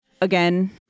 again